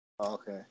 Okay